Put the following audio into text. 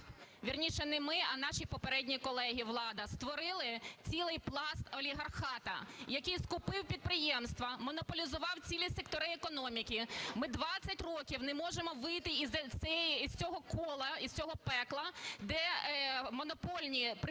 вірніше, не ми, а наші попередні колеги, влада, створили цілий пласт олігархата, який скупив підприємства, монополізував цілі сектори економіки. Ми 20 років не можемо вийти з цього кола і з цього пекла, де монопольні прибуткові